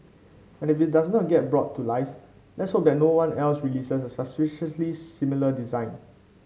and if it does get brought to life let's hope that no one else releases a suspiciously similar design